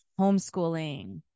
homeschooling